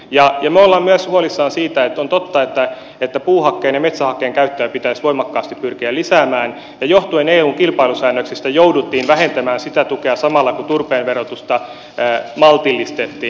me olemme myös huolissamme ja on totta että puuhakkeen ja metsähakkeen käyttöä pitäisi voimakkaasti pyrkiä lisäämään ja johtuen eun kilpailusäännöksistä jouduttiin vähentämään sitä tukea samalla kun turpeen verotusta maltillistettiin